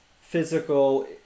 physical